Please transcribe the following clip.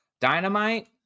Dynamite